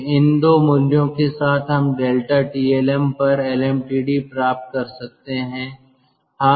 तो इन दो मूल्यों के साथ हम ∆Tlm or एलएमटीडी प्राप्त कर सकते हैं